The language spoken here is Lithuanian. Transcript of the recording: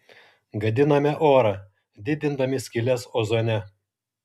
gadiname orą didindami skyles ozone